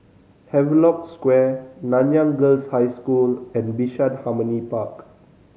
Havelock Square Nanyang Girls' High School and Bishan Harmony Park